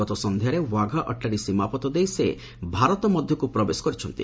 ଗତ ସନ୍ଧ୍ୟାରେ ଓ୍ୱାଘା ଅଟ୍ଟାରୀ ସୀମାପଥ ଦେଇ ସେ ଭାରତ ମଧ୍ୟକୁ ପ୍ରବେଶ କରିଛନ୍ତି